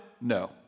No